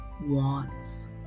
wants